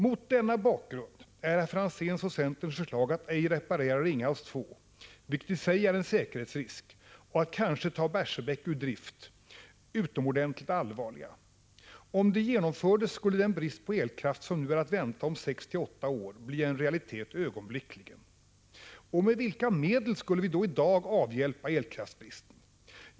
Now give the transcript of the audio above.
Mot denna bakgrund är Ivar Franzéns och centerns förslag att ej reparera Ringhals 2 — vilket i sig är en säkerhetsrisk — och att kanske ta Barsebäck ur drift utomordentligt allvarliga. Om de genomfördes skulle den brist på elkraft som nu är att vänta om sex till åtta år bli en realitet ögonblickligen. Och med vilka medel skulle vi då i dag avhjälpa elkraftsbristen?